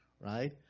right